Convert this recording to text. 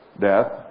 death